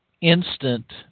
instant